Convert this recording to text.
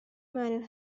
miner